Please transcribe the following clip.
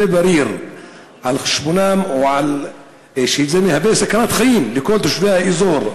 בריר שמהווה סכנת חיים לכל תושבי האזור,